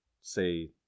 say